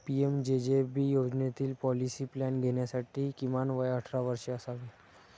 PMJJB योजनेतील policy plan घेण्यासाठी किमान वय अठरा वर्षे असावे